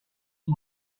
him